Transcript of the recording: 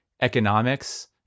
economics